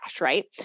right